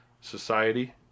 society